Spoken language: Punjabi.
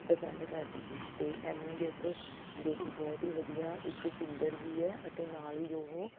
ਪਸੰਦ ਕਰਦੀ ਸੀ ਅਤੇ ਐਮੀ ਵਿਰਕ ਜੋ ਕਿ ਬਹੁਤ ਹੀ ਵਧੀਆ ਇੱਕ ਸਿੰਗਰ ਵੀ ਹੈ ਅਤੇ ਨਾਲ਼ ਹੀ ਉਹ